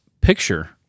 picture